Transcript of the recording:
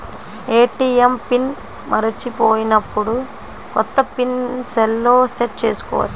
ATM pin మరచిపోయినప్పుడు, కొత్త pin సెల్లో సెట్ చేసుకోవచ్చా?